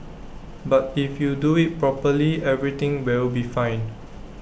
but if you do IT properly everything will be fine